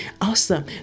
Awesome